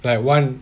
like one